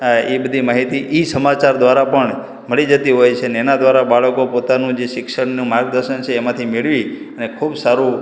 એ બધી માહિતી એ સમાચાર દ્વારા પણ મળી જતી હોય છે અને એના દ્વારા બાળકો પણ પોતાનું જે શિક્ષણનું માર્ગદર્શન એમાંથી મેળવી અને ખૂબ સારું